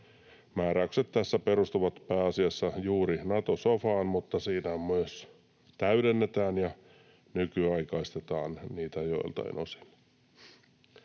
Määräykset tässä perustuvat pääasiassa juuri Nato-sofaan, mutta siinä myös täydennetään ja nykyaikaistetaan niitä joiltain osin.